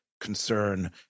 concern